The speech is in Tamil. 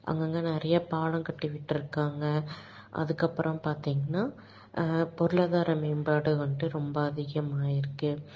அங்கெங்கே நிறைய பாலம் கட்டி விட்டுருக்காங்க அதுக்கப்புறம் பார்த்தீங்கனா பொருளாதாரம் மேம்பாடு வந்துட்டு ரொம்ப அதிகமாக இருக்குது